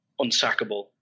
unsackable